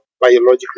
biologically